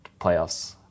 playoffs